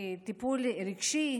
טיפול רגשי,